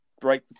break